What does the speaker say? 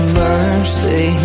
mercy